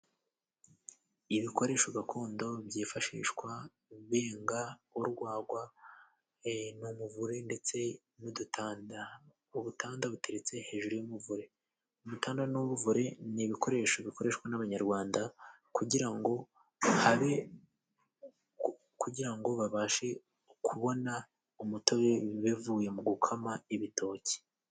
Ibikoresho gakondo byifashishwa benga urwagwa ni umuvure ndetse n'udutanda ubutanda buteretse hejuru y'umuvure. Udutanda n'umuvure ni ibikoresho bikoreshwa n'abanyarwanda kugira ngo habe kugirango babashe kubona umutobe bivuye mu gukama ibitoki.